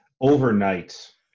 overnight